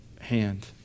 hand